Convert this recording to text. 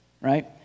right